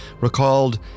recalled